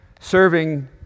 serving